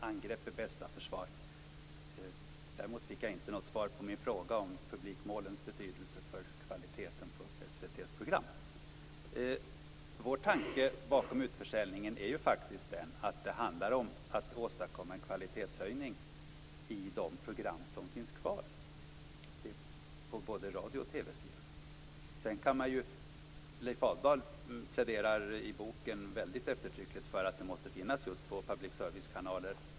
Herr talman! Det är rätt - angrepp är bästa försvar. Däremot fick jag inte något svar på min fråga om publikmålens betydelse för kvaliteten på SVT:s program. Vår tanke med utförsäljningen är att det handlar om att åstadkomma en kvalitetshöjning på de program som finns kvar inom både radio och TV. Leif Aldal pläderar i boken väldigt eftertryckligt för att det måste finnas just två public service-kanaler.